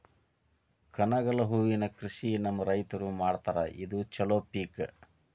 ಕನಗಲ ಹೂವಿನ ಕೃಷಿ ನಮ್ಮ ರೈತರು ಮಾಡತಾರ ಇದು ಚಲೋ ಪಿಕ